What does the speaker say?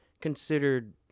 considered